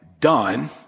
done